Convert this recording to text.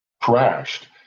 crashed